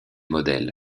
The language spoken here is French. modèles